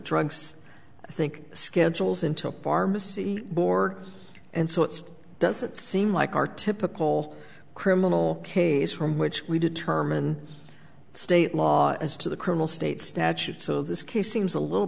drugs i think schedules into a pharmacy board and so it's doesn't seem like our typical criminal case from which we determine state law as to the colonel state statute so this case seems a little